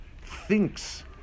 thinks